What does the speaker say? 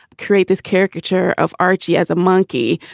create this caricature of archie as a monkey.